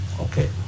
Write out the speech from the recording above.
okay